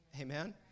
Amen